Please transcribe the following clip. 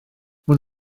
maen